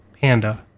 Panda